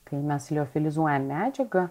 kai mes liofilizuojam medžiagą